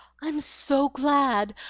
i'm so glad!